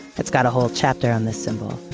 it's got a whole chapter on this symbol.